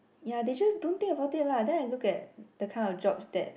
ya they just don't think about it lah then I look at the kind of jobs that